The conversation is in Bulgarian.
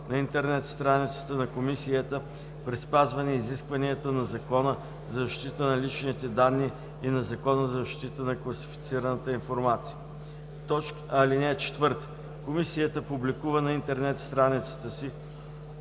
на интернет страницата на Комисията при спазване изискванията на Закона за защита на личните данни и на Закона за защита на класифицираната информация. (4) Комисията публикува на интернет страницата си